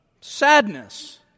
sadness